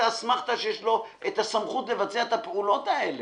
האסמכתא שיש לו סמכות לבצע את הפעולות האלה.